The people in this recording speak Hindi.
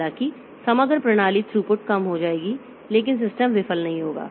हालांकि समग्र प्रणाली थ्रूपुट कम हो जाएगी लेकिन सिस्टम विफल नहीं होगा